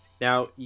Now